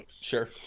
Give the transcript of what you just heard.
Sure